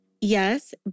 yes